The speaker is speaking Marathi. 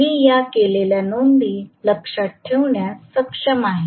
मी या केलेल्या नोंदी लक्षात ठेवण्यास सक्षम आहे